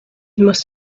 must